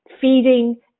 feeding